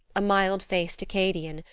a mild-faced acadian,